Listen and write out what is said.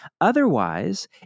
Otherwise